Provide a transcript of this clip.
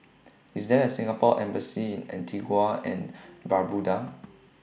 IS There A Singapore Embassy in Antigua and Barbuda